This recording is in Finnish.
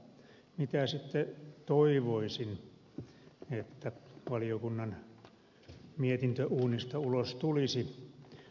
miten sitten toivoisin että valiokunnan mietintöuunista ulos tulisi